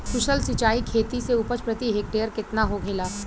कुशल सिंचाई खेती से उपज प्रति हेक्टेयर केतना होखेला?